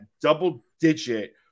double-digit